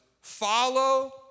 follow